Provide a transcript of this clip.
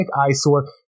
eyesore